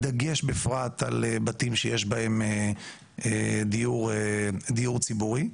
בדגש בפרט בבתים שיש בהם דיור ציבורי.